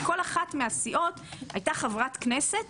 בכל אחת מהסיעות הייתה חברת כנסת